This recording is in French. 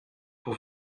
pour